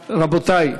רבותי,